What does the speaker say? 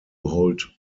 hold